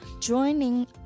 Joining